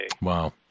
Wow